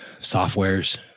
softwares